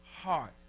Heart